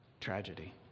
tragedy